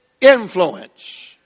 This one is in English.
influence